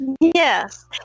yes